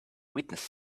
witness